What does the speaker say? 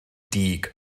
dug